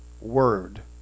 word